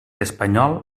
espanyol